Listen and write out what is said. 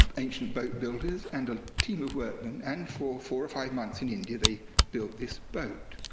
ancient boat builders, and a team of workmen, and for four or five months in india, they built this boat.